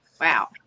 Wow